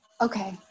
Okay